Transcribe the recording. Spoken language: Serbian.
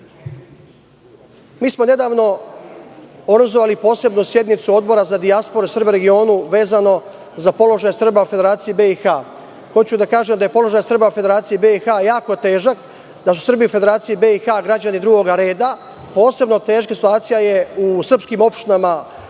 smo organizovali posebnu sednicu Odbora za dijasporu i Srbe u regionu vezano za položaj Srba u Federaciji BiH. Hoću da kažem da je položaj Srba u Federaciji BiH jako težak, da su Srbi u Federaciji BiH građani drugog reda. Posebno je teška situacija u srpskim opštinama